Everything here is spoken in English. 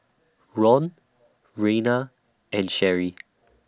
Ron Reina and Sherrie